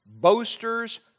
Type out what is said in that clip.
Boasters